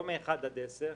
לא מאחד עד עשר,